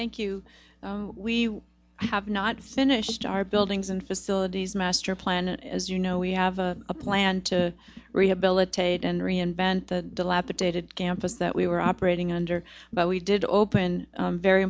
thank you we have not finished our buildings and facilities master plan as you know we have a plan to rehabilitate and reinvent the lab the dated campus that we were operating under but we did open very